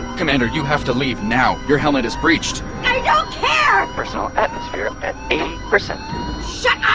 commander, you have to leave, now! your helmet is breached i don't care! personal atmosphere at eighty percent yeah